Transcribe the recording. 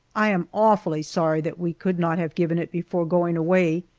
i am awfully sorry that we could not have given it before going away,